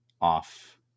off